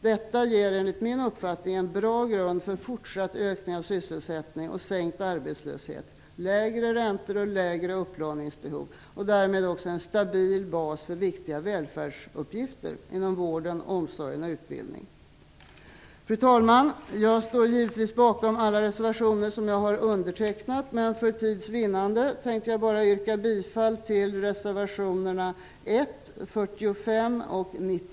Detta ger, enligt min uppfattning, en bra grund för en fortsatt ökning av sysselsättningen, en minskad arbetslöshet, lägre räntor, ett minskat upplåningsbehov och därmed också en stabil bas för viktiga välfärdsuppgifter inom vård, omsorg och utbildning. Fru talman! Jag står givetvis bakom alla reservationer som jag har undertecknat. För tids vinnande tänker jag dock bara yrka bifall till reservationerna 1,